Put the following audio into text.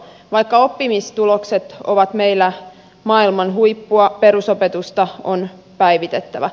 vaikka oppimistulokset ovat meillä maailman huippua perusopetusta on päivitettävä